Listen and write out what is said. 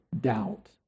doubt